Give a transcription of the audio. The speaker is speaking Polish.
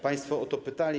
Państwo o to pytali.